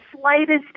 slightest